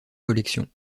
collection